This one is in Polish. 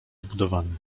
zbudowany